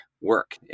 work